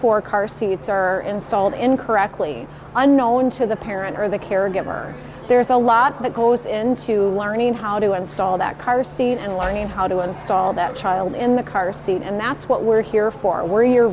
four car seats are installed incorrectly unknown to the parent or the caregiver there's a lot that goes into learning how to install that car seat and learning how to install that child in the car seat and that's what we're here for a worrier